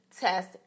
test